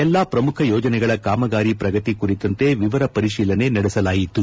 ಎಲ್ಲಾ ಪ್ರಮುಖ ಯೋಜನೆಗಳ ಕಾಮಗಾರಿ ಪ್ರಗತಿ ಕುರಿತಂತೆ ವಿವರ ಪರಿಶೀಲನೆ ನಡೆಸಲಾಯಿತು